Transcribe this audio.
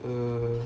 oh